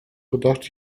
gedacht